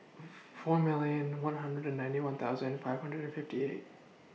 four million one hundred and ninety one thousand five hundred and fifty eight